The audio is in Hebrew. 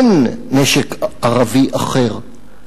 אין נשק ערבי אחר.